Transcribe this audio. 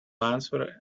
answer